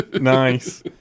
Nice